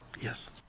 Yes